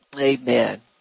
Amen